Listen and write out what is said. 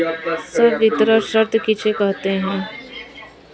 संवितरण शर्त किसे कहते हैं?